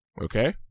Okay